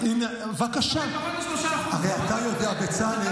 לא, 3.4 זה גם ש"ס.